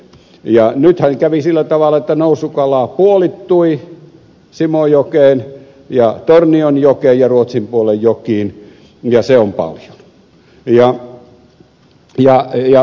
nythän kävi sillä tavalla että nousukala puolittui simojokeen ja tornionjokeen ja ruotsin puolen jokiin ja se on paljon